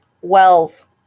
Wells